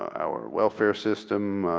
our welfare system,